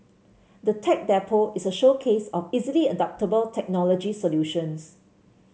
the Tech Depot is a showcase of easily adoptable technology solutions